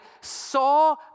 saw